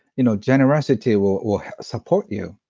you know generosity will will support you.